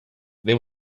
there